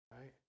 right